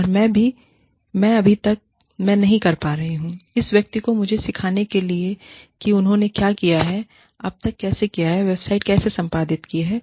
और मैं अभी तक मैं नहीं कर पा रहा हूं इस व्यक्ति को मुझे सिखाने के लिए कि उन्होंने क्या किया है अब तक कैसे किया है वेबसाइट कैसे संपादित करें